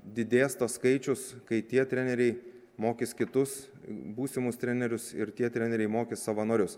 didės tas skaičius kai tie treneriai mokys kitus būsimus trenerius ir tie treneriai mokys savanorius